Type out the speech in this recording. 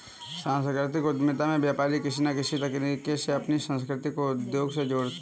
सांस्कृतिक उद्यमिता में व्यापारी किसी न किसी तरीके से अपनी संस्कृति को उद्योग से जोड़ते हैं